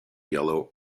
yellow